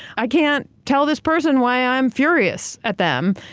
i can't tell this person why i'm furious at them.